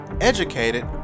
educated